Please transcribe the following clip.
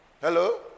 Hello